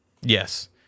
Yes